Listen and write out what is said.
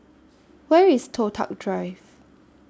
Where IS Toh Tuck Drive